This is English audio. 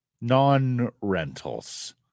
non-rentals